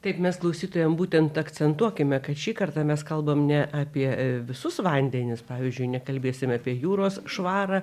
taip mes klausytojam būtent akcentuokime kad šį kartą mes kalbam ne apie visus vandenis pavyzdžiui nekalbėsim apie jūros švarą